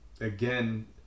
again